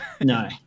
no